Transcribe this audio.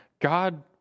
God